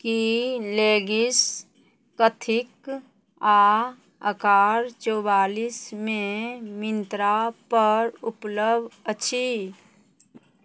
कि लेगिस कथिक आओर आकार चौआलिसमे मिन्त्रापर उपलब्ध अछि